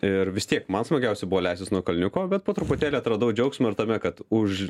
ir vis tiek man smagiausia buvo leistis nuo kalniuko bet po truputėlį atradau džiaugsmą ir tame kad už